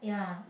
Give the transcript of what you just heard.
yeah